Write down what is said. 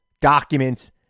documents